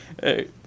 hey